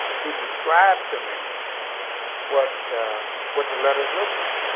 he'd describe to me what what the letters looked like.